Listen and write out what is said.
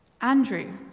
Andrew